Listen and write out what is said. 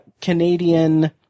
canadian